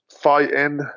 fighting